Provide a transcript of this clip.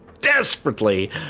desperately